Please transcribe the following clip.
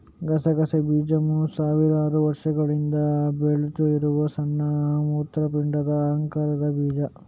ಗಸಗಸೆ ಬೀಜವು ಸಾವಿರಾರು ವರ್ಷಗಳಿಂದ ಬೆಳೀತಾ ಇರುವ ಸಣ್ಣ ಮೂತ್ರಪಿಂಡದ ಆಕಾರದ ಬೀಜ